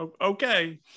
okay